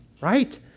right